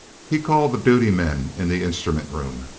he called the duty men in the instrument room.